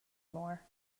more